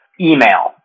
email